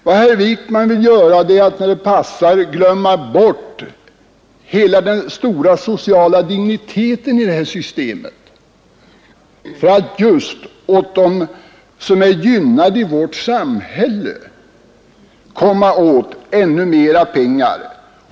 Vad herr Wijkman vill göra är att, när det passar, glömma bort hela den stora sociala digniteten i detta system för att just åt dem som är gynnade i vårt samhälle komma åt ännu mer pengar.